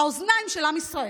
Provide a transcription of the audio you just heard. האוזניים של עם ישראל,